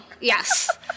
yes